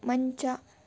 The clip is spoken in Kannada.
ಮಂಚ